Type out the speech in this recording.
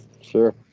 Sure